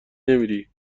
نمیری